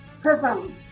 Prism